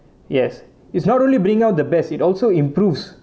yes it's not only bring out the best it also improves